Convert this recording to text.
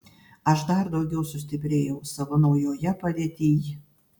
aš dar daugiau sustiprėjau savo naujoje padėtyj